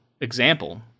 example